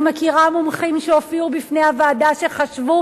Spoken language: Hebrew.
אני מכירה מומחים שהופיעו בפני הוועדה ואשר חשבו